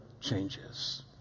changes